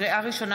לקריאה ראשונה,